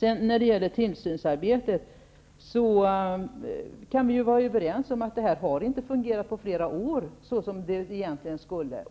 Vidare har vi frågan om tillsynsarbetet. Vi kan vara överens om att det arbetet inte har fungerat på flera år såsom det egentligen skulle göra.